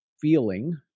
feeling